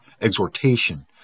exhortation